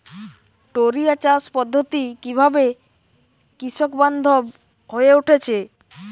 টোরিয়া চাষ পদ্ধতি কিভাবে কৃষকবান্ধব হয়ে উঠেছে?